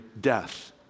death